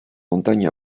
montagnes